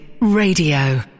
Radio